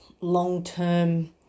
long-term